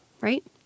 Right